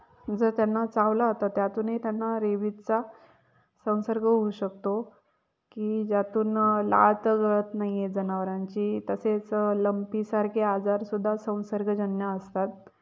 जर त्यांना चावला होता त्यातूनही त्यांना रेबीजचा संसर्ग होऊ शकतो की ज्यातून लाळ तर गळत नाही आहे जनावरांची तसेच लंपीसारखे आजारसुद्धा संसर्गजन्य असतात